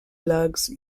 lugs